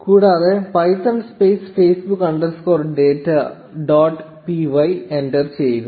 കൂടാതെ Python space Facebook underscore data dot P Y enter ചെയ്യുക